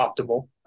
optimal